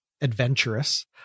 adventurous